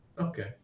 okay